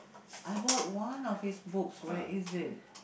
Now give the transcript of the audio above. I bought one of his books where is it